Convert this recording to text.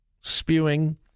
spewing